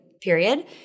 period